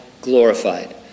glorified